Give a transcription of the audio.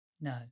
No